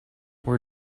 where